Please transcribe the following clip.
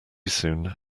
soon